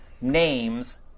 names